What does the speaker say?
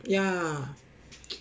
ya